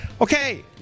Okay